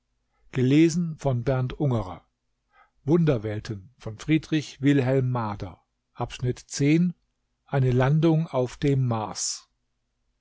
eine landung auf dem mars